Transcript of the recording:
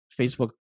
Facebook